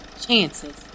Chances